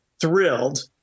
thrilled